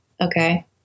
Okay